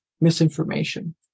misinformation